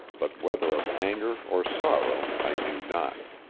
but whether of anger or sorrow i knew not.